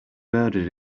murdered